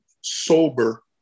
sober